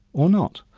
or not?